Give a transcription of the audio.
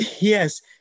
yes